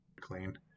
clean